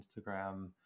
Instagram